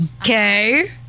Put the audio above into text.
Okay